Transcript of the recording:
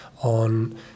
on